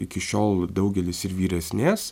iki šiol daugelis ir vyresnės